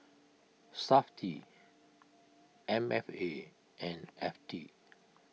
SAFTI M F A and F T